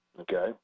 okay